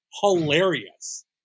hilarious